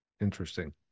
Interesting